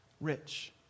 rich